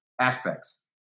aspects